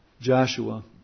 Joshua